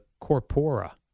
corpora